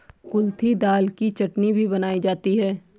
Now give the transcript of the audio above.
कुल्थी दाल की चटनी भी बनाई जाती है